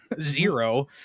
Zero